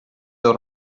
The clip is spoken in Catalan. del